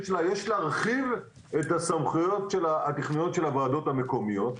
שלה: יש להרחיב את הסמכויות התכנוניות של הוועדות המקומיות.